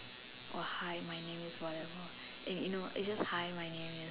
or hi my name is whatever and you know it's just hi my name is